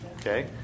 okay